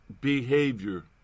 behavior